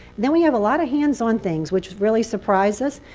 then we have a lot of hands-on things, which really surprised us.